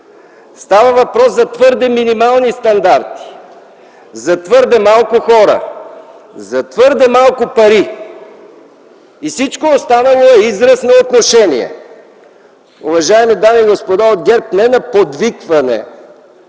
става въпрос за твърди минимални стандарти, за твърде малко хора, за твърде малко пари и всичко останало е израз на отношение. Уважаеми дами и господа от ГЕРБ, не на подвикване,